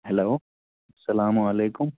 hello سلامُ علیکُم